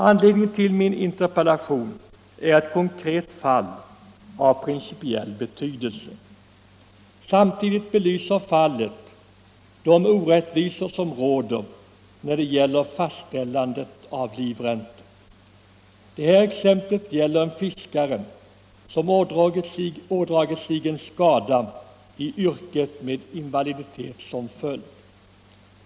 Anledningen till min interpellation är ett konkret fall av principiell betydelse. Samtidigt belyser fallet de orättvisor som råder i fråga om fastställandet av livräntor. Det här exemplet gäller en fiskare som ådragit sig en skada i yrket med invaliditet som följd.